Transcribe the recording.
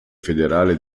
federale